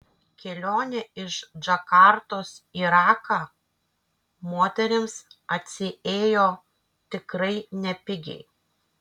kelionė iš džakartos į raką moterims atsiėjo tikrai nepigiai